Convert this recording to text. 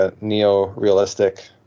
neo-realistic